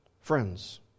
friends